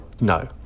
no